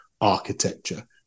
architecture